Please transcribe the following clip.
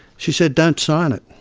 she said, don't sign it.